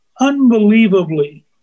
unbelievably